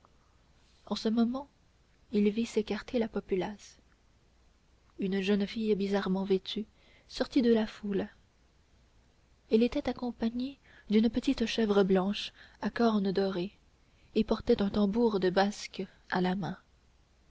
en ce moment il vit s'écarter la populace une jeune fille bizarrement vêtue sortit de la foule elle était accompagnée d'une petite chèvre blanche à cornes dorées et portait un tambour de basque à la main